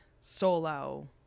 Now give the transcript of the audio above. solo